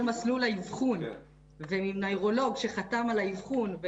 מסלול האבחון ונוירולוג שחתם על האבחון,